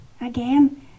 Again